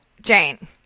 Jane